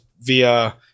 via